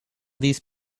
these